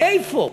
מאיפה?